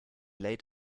laid